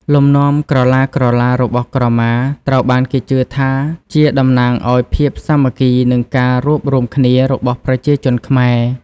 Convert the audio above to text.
លំនាំក្រឡាៗរបស់ក្រមាត្រូវបានគេជឿថាជាតំណាងឱ្យ ភាពសាមគ្គី និងការរួបរួមគ្នា របស់ប្រជាជនខ្មែរ។